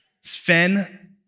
Sven